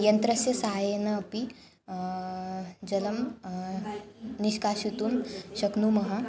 यन्त्रस्य सहायेन अपि जलं निष्कासयितुं शक्नुमः